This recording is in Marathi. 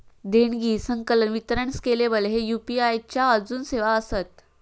देणगी, संकलन, वितरण स्केलेबल ह्ये यू.पी.आई च्या आजून सेवा आसत